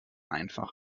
einfach